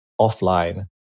offline